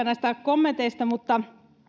näistä kommenteista mutta